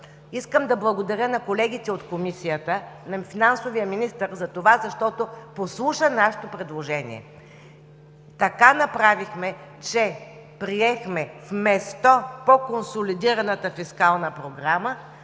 Искам да благодаря на колегите от Комисията, на финансовия министър, защото послуша нашите предложения. Така направихме, че приехме вместо по консолидираната фискална програма